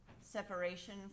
separation